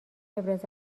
ابراز